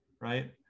right